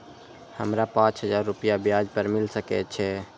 हमरा पाँच हजार रुपया ब्याज पर मिल सके छे?